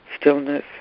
stillness